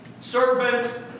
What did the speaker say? servant